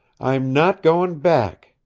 i'm not going back,